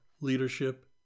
leadership